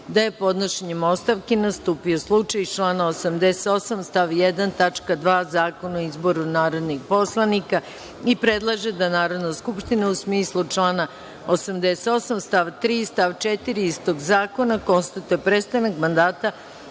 da je podnošenjem ostavki nastupio slučaj iz člana 88. stav 1. tačka 2) Zakona o izboru narodnih poslanika i predlaže da Narodna skupština, u smislu člana 88. st. 3. i 4. istog zakona, konstatuje prestanak mandata